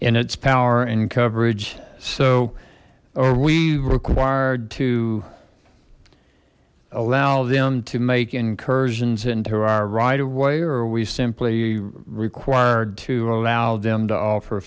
in its power and coverage so are we required to allow them to make incursions into our right of way or we simply required to allow them to offer